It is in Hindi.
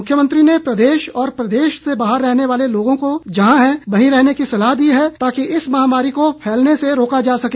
मुख्यमंत्री ने प्रदेश और प्रदेश से बाहर रहने वाले लोगों को जहां हैं वहीं रहने की सलाह दी है ताकि इस महामारी को फैलने से रोका जा सके